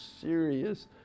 serious